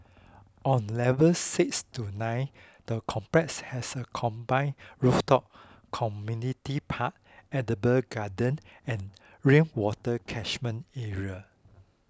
on levels six to nine the complex has a combined rooftop community park edible garden and rainwater catchment area